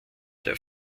der